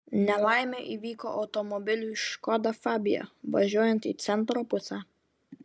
nelaimė įvyko automobiliui škoda fabia važiuojant į centro pusę